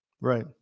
Right